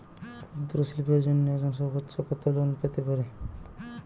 ক্ষুদ্রশিল্পের জন্য একজন সর্বোচ্চ কত লোন পেতে পারে?